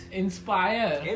inspire